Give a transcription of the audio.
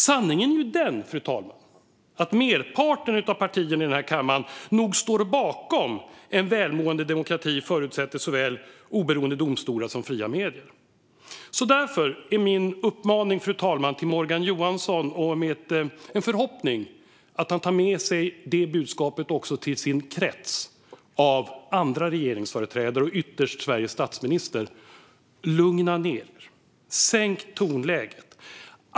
Sanningen är ju den, fru talman, att merparten av partierna i den här kammaren nog står bakom att en välmående demokrati förutsätter såväl oberoende domstolar som fria medier. Därför är min uppmaning till Morgan Johansson - och det är även en förhoppning - att han ska ta med sig följande budskap till sin krets av andra regeringsföreträdare, och ytterst till Sveriges statsminister: Lugna ned er! Sänk tonläget.